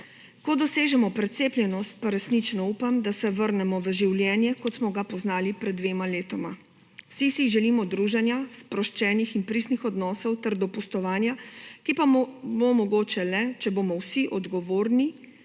Ko dosežemo precepljenost, pa resnično upam, da se vrnemo v življenje, kot smo ga poznali pred dvema letoma. Vsi si želimo druženja, sproščenih in pristnih odnosov ter dopustovanja, ki pa bo mogoče le, če bomo vsi odgovorni